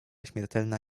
śmiertelna